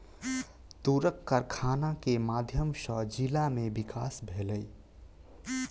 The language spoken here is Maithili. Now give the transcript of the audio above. तूरक कारखाना के माध्यम सॅ जिला में विकास भेलै